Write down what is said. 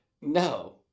No